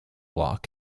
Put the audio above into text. lock